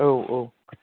औ औ